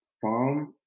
farm